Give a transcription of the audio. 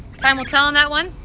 time will tell on that one.